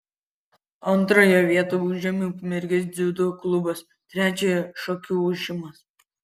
antrąją vietą užėmė ukmergės dziudo klubas trečiąją šakių ošimas